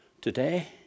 today